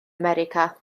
america